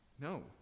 No